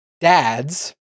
dads